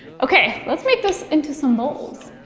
okay, let's make this into some bowls.